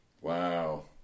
Wow